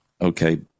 Okay